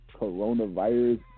Coronavirus